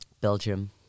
belgium